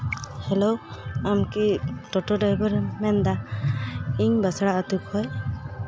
hello ᱟᱢ ᱠᱤ ᱴᱳᱴᱳ ᱰᱨᱟᱭᱵᱷᱟᱨᱮᱢ ᱢᱮᱱᱫᱟ ᱤᱧ ᱵᱟᱥᱲᱟ ᱟᱹᱛᱩ ᱠᱷᱚᱱ